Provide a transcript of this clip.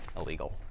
illegal